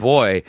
Boy